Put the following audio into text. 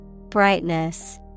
Brightness